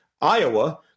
Iowa